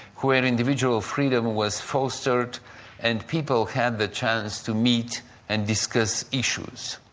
where individual freedom was fostered and people had the chance to meet and discuss issues.